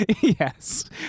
Yes